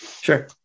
sure